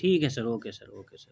ٹھیک ہے sir okay sir okay سر